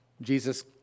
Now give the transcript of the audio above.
Jesus